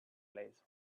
less